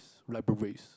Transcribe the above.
libraries